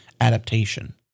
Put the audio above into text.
adaptation